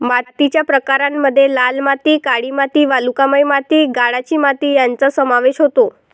मातीच्या प्रकारांमध्ये लाल माती, काळी माती, वालुकामय माती, गाळाची माती यांचा समावेश होतो